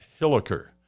Hilliker